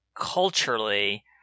culturally